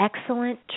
excellent